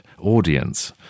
audience